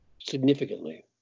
significantly